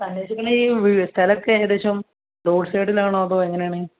അന്വേഷിക്കുന്നത് ഈ സ്ഥലമൊക്കെ ഏകദേശം റോഡ് സൈഡിലാണോ അതോ എങ്ങനെയാണ്